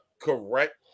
correct